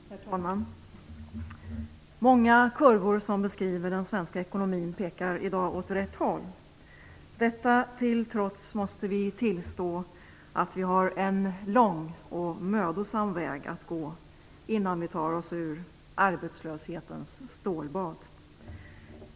Herr talman! Många kurvor som beskriver den svenska ekonomin pekar i dag åt rätt håll. Detta till trots måste vi tillstå att vi har en lång och mödosam väg att gå innan vi tar oss ur arbetslöshetens stålbad.